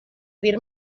dir